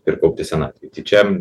ir kaupti senatvei tai čia